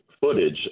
footage